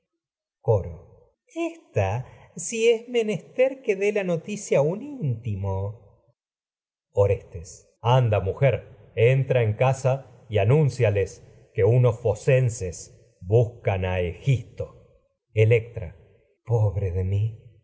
compañero ésta si es menester que dé la noticia un orestes anda mujer entra en casa y aniinciales que unos focenses buscan a egisto electra pobre de mi